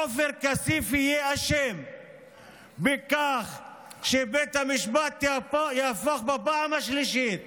עופר כסיף יהיה אשם בכך שבית המשפט יהפוך בפעם השלישית